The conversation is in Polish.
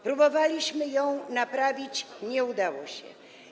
Próbowaliśmy to naprawić, nie udało się.